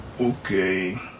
okay